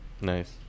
nice